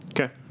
Okay